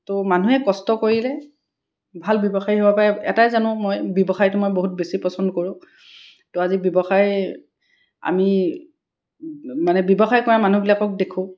তো মানুহে কষ্ট কৰিলে ভাল ব্যৱসায় হ'ব পাৰে এটাই জানো মই ব্যৱসায়টো মই বহুত বেছি পচন্দ কৰোঁ তো আজি ব্যৱসায় আমি মানে ব্যৱসায় কৰা মানুহবিলাকক দেখোঁ